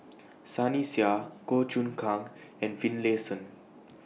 Sunny Sia Goh Choon Kang and Finlayson